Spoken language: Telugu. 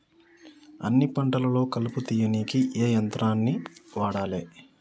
అన్ని పంటలలో కలుపు తీయనీకి ఏ యంత్రాన్ని వాడాలే?